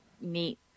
neat